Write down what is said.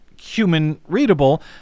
human-readable